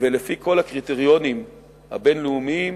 ולפי כל הקריטריונים הבין-לאומיים